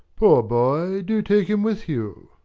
poor boy, do take him with you.